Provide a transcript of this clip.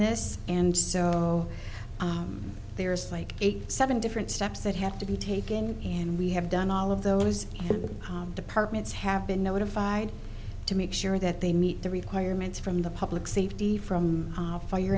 this and so there is like eighty seven different steps that have to be tape again and we have done all of those departments have been notified to make sure that they meet the requirements from the public safety from fire